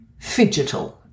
Fidgetal